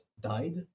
died